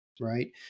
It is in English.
right